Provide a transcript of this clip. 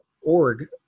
org